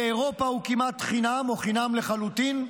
באירופה הוא כמעט חינם או חינם לחלוטין,